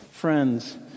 Friends